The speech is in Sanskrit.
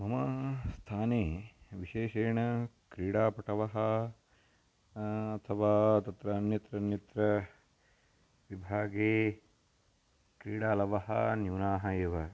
मम स्थाने विशेषेण क्रीडापटवः अथवा तत्र अन्यत्र अन्यत्र विभागे क्रीडालवः न्यूनाः एव